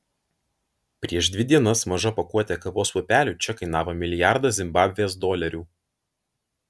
prieš dvi dienas maža pakuotė kavos pupelių čia kainavo milijardą zimbabvės dolerių